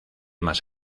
más